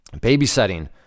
babysitting